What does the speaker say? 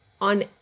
on